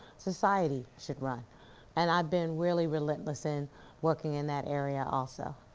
society should run and i've been really relentless in working in that area also.